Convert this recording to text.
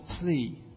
plea